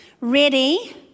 ready